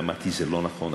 ואמרתי שזה לא נכון,